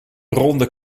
ronde